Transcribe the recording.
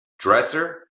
Dresser